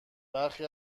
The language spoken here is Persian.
برخی